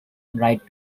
right